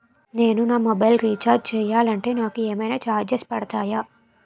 నేను నా mobile recharge చేయాలంటే నాకు ఏమైనా చార్జెస్ పడతాయా?